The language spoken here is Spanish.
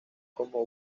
como